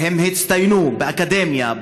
הם הצטיינו באקדמיה,